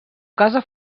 casa